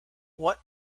what